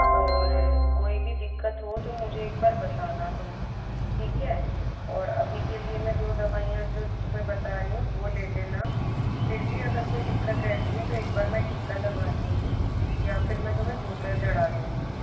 और कोई भी दिक्कत हो तो मुझे एक बार बताना तुम ठीक है और अभी के लिए मैं दो दवाईयाँ जो तुम्हें बता रही हूँ वो ले लेना फिर भी अगर कोई दिक्कत रहती है तो एक बार मैं टीका लगा दूँगी या फिर मैं तुम्हें बोतल चढ़ा दूँगी